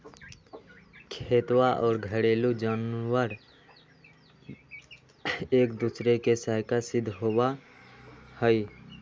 खेतवा और घरेलू जानवार एक दूसरा के सहायक सिद्ध होबा हई